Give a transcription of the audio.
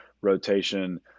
rotation